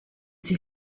sie